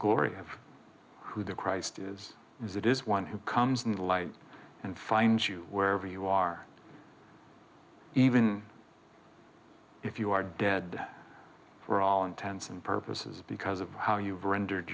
glory of who the christ is that is one who comes in the light and finds you wherever you are even if you are dead for all intents and purposes because of how you've rendered